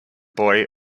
buoy